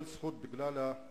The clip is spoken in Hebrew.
כל זאת בגלל עלויות